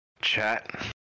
chat